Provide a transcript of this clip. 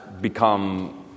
become